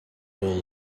whole